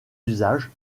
usages